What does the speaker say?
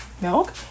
milk